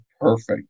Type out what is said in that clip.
perfect